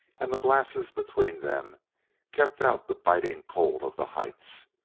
and the glasses between them kept out the biting cold of the heights.